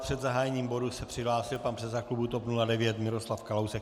Před zahájením bodu se přihlásil pan předseda klubu TOP 09 Miroslav Kalousek.